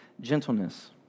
gentleness